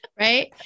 Right